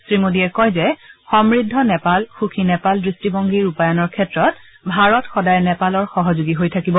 শ্ৰীমোডীয়ে কয় যে সমূদ্ধ নেপাল সুখী নেপাল দৃষ্টিভঙ্গী ৰূপায়ণৰ ক্ষেত্ৰত ভাৰত সদায় নেপালৰ সহযোগী হৈ থাকিব